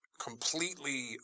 completely